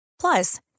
Plus